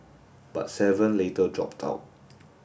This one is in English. but seven later dropped out